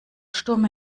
sturm